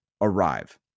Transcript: arrive